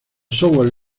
software